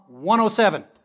107